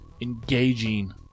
engaging